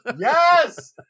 Yes